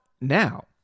now